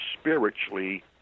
spiritually